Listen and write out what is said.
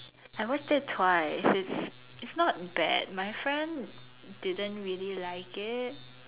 I watched it twice it's it's not bad my friend didn't really like it